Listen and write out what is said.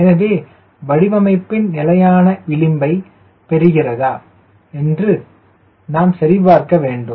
எனவே வடிவமைப்பின் நிலையான விளிம்பை பெறுகிறதா இன்று நாம் சரி பார்க்க வேண்டும்